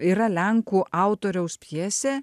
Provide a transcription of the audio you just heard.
yra lenkų autoriaus pjesė